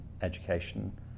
education